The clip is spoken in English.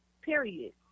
Period